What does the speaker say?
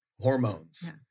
hormones